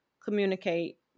communicate